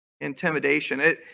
intimidation